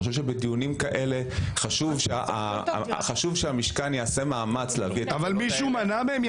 אני חושב שבדיונים כאלה חשוב שהמשכן יעשה מאמץ --- מישהו מנע מהם?